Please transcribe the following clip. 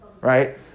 right